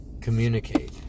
communicate